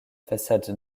façade